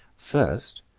first,